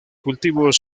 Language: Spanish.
cultivos